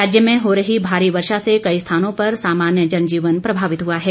राज्य में हो रही भारी वर्षा से कई स्थानों पर सामान्य जनजीवन प्रभावित हुआ है